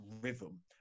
rhythm